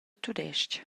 tudestg